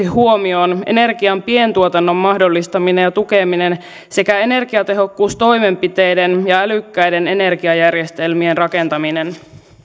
huomioon energian pientuotannon mahdollistaminen ja tukeminen sekä energiatehokkuustoimenpiteiden ja älykkäiden energiajärjestelmien rakentaminen